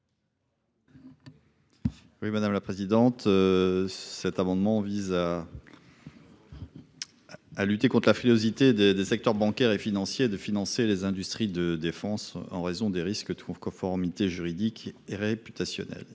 Oui madame la présidente. Cet amendement vise à. À lutter conte la frilosité des des secteurs bancaire et financier de financer les industries de défense en raison des risques tout en conformité juridique et réputationnel.